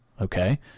Okay